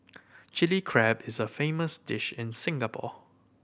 Chilli Crab is a famous dish in Singapore